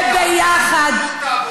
וביחד,